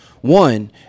One